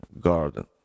garden